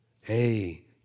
hey